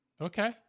Okay